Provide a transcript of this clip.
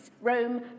Rome